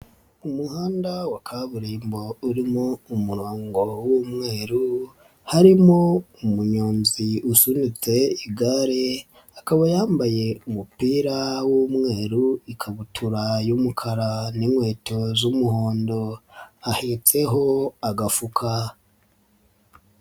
Umuhanda wa kaburimbo urimo umurongo w'umweru, harimo umunyonzi usunitse igare akaba yambaye umupira w'umweru, ikabutura y'umukara n'inkweto z'umuhondo, ahetseho agafuka.